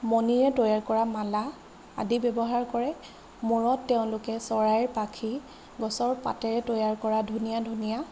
মণিৰে তৈয়াৰ কৰা মালা আদি ব্যৱহাৰ কৰে মূৰত তেওঁলোকে চৰাইৰ পাখি গছৰ পাতেৰে তৈয়াৰ কৰা ধুনীয়া ধুনীয়া